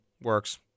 works